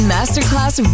Masterclass